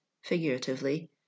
figuratively